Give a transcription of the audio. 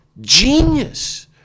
genius